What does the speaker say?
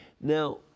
Now